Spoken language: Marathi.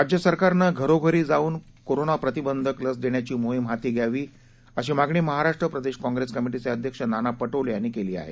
राज्य सरकारनं घरोघरी जाऊन कोरोना प्रतिबंधक लस देण्याची मोहिम हाती घ्यावी अशी मागणी महाराष्ट्र प्रदेश काँग्रेस कमिटीचे अध्यक्ष नाना पटोले यांनी केली आहे